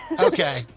Okay